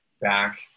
back